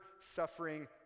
suffering